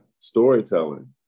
storytelling